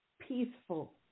peaceful